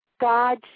God